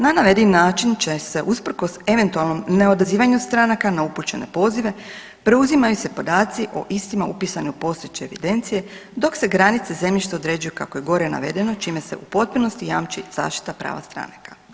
Na navedeni način će se usprkos eventualnom neodazivanju stranaka na upućene pozive preuzimaju se podaci o istima upisane u postojeće evidencije, dok se granice zemljišta određuju kako je gore navedeno, čime se u potpunosti jamči zaštita prava stranaka.